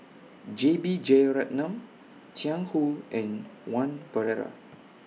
J B Jeyaretnam Jiang Hu and one Pereira